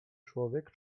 człowiek